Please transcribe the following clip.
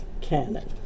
canon